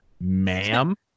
ma'am